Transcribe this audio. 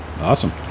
Awesome